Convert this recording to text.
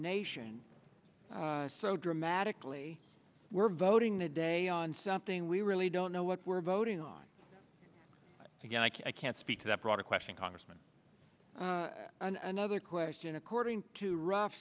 nation so dramatically we're voting today on something we really don't know what we're voting on again i can't speak to that broader question congressman another question according to rough